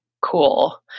cool